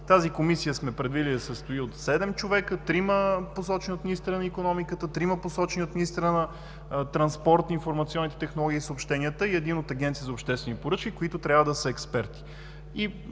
Тази комисия сме предвидили да се състои от седем човека: трима – посочени от министъра на икономиката, трима – посочени от министъра на транспорта, информационните технологии и съобщенията, и един от Агенцията за обществени поръчки, които трябва да са експерти.